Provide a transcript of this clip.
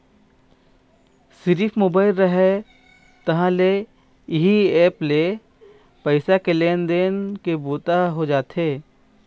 सिरिफ मोबाईल रहय तहाँ ले इही ऐप्स ले पइसा के लेन देन के बूता हो जाथे